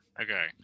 Okay